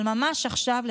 אבל ממש עכשיו,